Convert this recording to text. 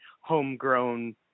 homegrown